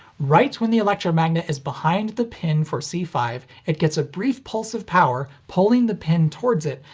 right when the electromagnet is behind the pin for c five, it gets a brief pulse of power, pulling the pin towards it,